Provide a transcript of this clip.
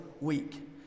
week